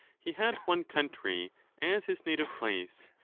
he had one country as his native place,